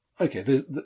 Okay